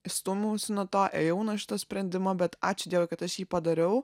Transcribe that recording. stūmiausi nuo to ėjau nuo šito sprendimo bet ačiū dievui kad aš jį padariau